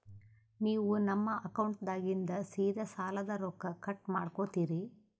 ನೀವು ನಮ್ಮ ಅಕೌಂಟದಾಗಿಂದ ಸೀದಾ ಸಾಲದ ರೊಕ್ಕ ಕಟ್ ಮಾಡ್ಕೋತೀರಿ?